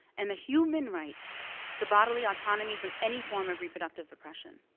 and the human right to bodily autonomy from any form of reproductive oppression.